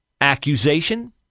accusation